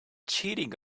cheating